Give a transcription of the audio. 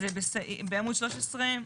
אז בעמוד 13,